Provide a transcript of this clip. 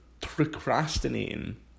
procrastinating